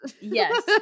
Yes